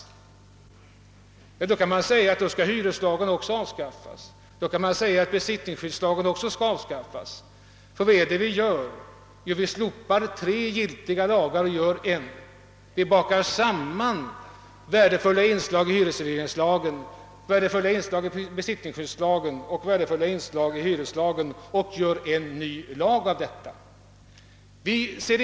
I så fall kan man säga att även hyreslagen och besittningsskyddslagen avskaffas. Vad är det vi vill göra? Jo, vi vill baka samman värdefulla inslag i hyresregleringslagen, i besittningsskyddslagen och i hyreslagen till en enda ny lag och alltså slopa de tre nuvarande lagarna.